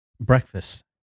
breakfast